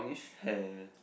hair